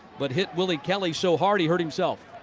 but hit willie kelley so hard, he hurt himself.